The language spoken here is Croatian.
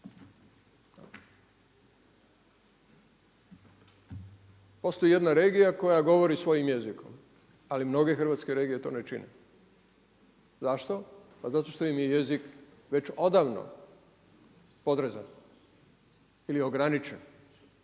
Postoji jedna regija koja govori svojim jezikom ali mnoge hrvatske regije to ne čine. Zašto? Pa zato što im je jezik već odavno odrezan ili ograničen.